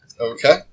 Okay